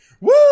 Woo